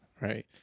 Right